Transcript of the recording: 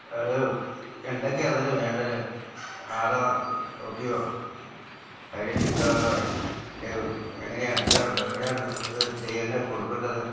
അത് എന്തൊക്കെയാണ് അതിന് വേണ്ടത് ആധാറ് കോപ്പിയോ ഐഡന്റിറ്റി കാർഡോ ഇത് എങ്ങനെയാണ് എന്താ എവടെയാണിത് ഇത് ചെയ്യണ്ടത് കൊടുക്കേണ്ടത്